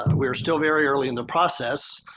we're still very early in the process.